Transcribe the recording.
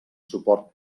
suport